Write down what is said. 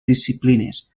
disciplines